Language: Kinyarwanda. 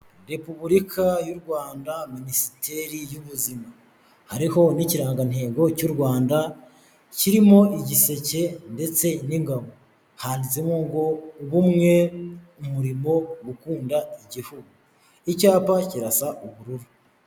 Repubulika y'u Rwanda, minisiteri y'ubuzima. Hariho n'ikirangantego cy'u Rwanda, kirimo igiseke ndetse n'ingabo. Handitsemo ngo " Ubumwe, umurimo, gukunda igihu". Icyapa kirasa ubururu.